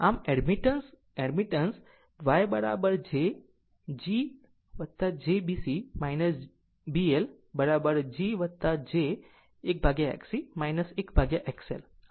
આમ admittance admittance YG j B C B L G j 1XC 1XL